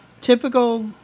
Typical